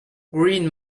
green